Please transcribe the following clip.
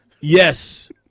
Yes